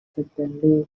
certainly